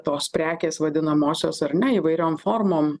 tos prekės vadinamosios ar ne įvairiom formom